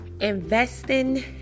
investing